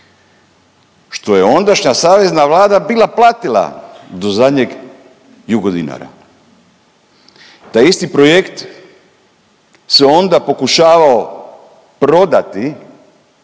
što je ondašnja savezna vlada bila platila do zadnjeg jugo dinara. Taj isti projekt se onda pokušavao prodati